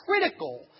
critical